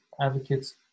advocates